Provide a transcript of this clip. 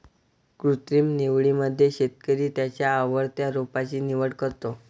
कृत्रिम निवडीमध्ये शेतकरी त्याच्या आवडत्या रोपांची निवड करतो